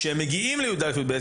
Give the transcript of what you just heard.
כשהם מגיעים לכיתות י"א-י"ב.